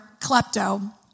klepto